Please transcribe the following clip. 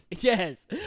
Yes